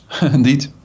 indeed